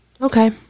Okay